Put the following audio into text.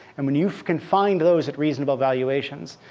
and when you've confined those at reasonable valuations,